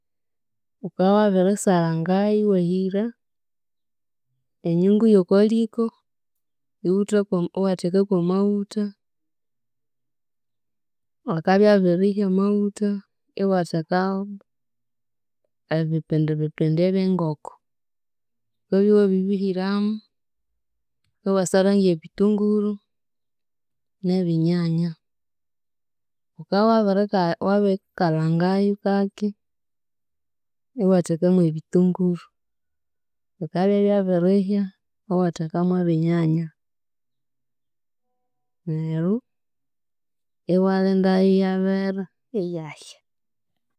Wukabya wabirisarangayu iwahira enyungu y'oko liko, iwutha kwa iwatheka kwa maghutha, akabya abirihya amaghutha, iwathekawu ebipindi bipindi eby'engoko, wukabya wabiribihiramu, iwasaranga ebitunguru n'ebinyanya, wukabya wabirika wabirikalhangayu kake, iwatheka mw'ebitunguru bikabya ibyabirihya, iwatheka mw'ebinyanya, neryo iwalindayu iyabere iyahya.